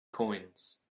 coins